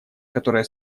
которое